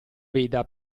veda